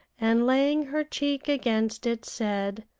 and laying her cheek against it said,